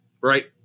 Right